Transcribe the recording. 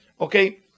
Okay